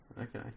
Okay